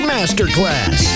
Masterclass